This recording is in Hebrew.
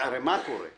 שהרי מה קורה?